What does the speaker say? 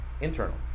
internal